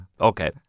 Okay